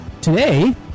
Today